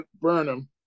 Burnham